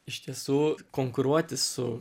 iš tiesų konkuruoti su